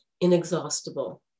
inexhaustible